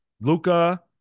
Luca